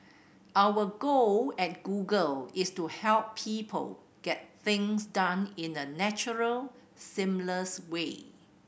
our goal at Google is to help people get things done in a natural seamless way